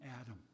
Adam